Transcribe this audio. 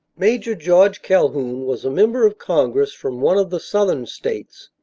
major george calhoun was a member of congress from one of the southern states.